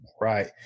Right